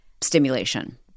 stimulation